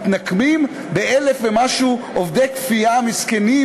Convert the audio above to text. מתנקמים ב-1,000 ומשהו עובדי כפייה מסכנים